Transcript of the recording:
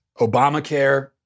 Obamacare